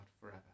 forever